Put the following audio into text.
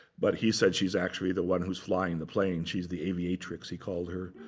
but he said she's actually the one who's flying the plane. she's the aviatrix, he called her.